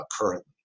currently